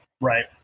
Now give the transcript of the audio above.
right